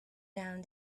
down